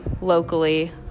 locally